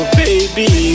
baby